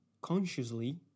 consciously